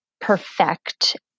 perfect